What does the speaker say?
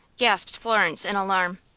gasped florence, in alarm.